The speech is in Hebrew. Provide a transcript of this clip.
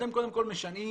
אתם קודם כל משנעים